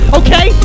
okay